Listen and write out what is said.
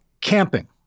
camping